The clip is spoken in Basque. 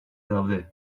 daude